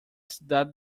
cidade